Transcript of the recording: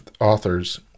authors